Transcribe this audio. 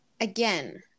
again